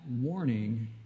warning